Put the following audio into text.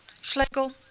Schlegel